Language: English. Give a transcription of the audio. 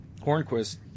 Hornquist